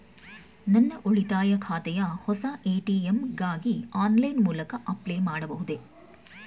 ನನ್ನ ಉಳಿತಾಯ ಖಾತೆಯ ಹೊಸ ಎ.ಟಿ.ಎಂ ಗಾಗಿ ಆನ್ಲೈನ್ ಮೂಲಕ ಅಪ್ಲೈ ಮಾಡಬಹುದೇ?